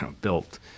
built